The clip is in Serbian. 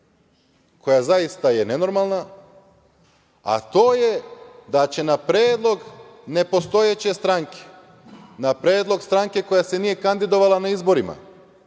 koja je zaista nenormalna, a to je da će na predlog nepostojeće stranke, na predlog stranke koja se nije kandidovala na izborima,